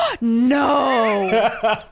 No